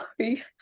sorry